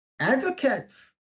advocates